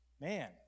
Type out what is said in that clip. man